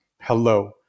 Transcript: Hello